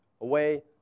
away